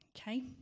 okay